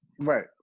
Right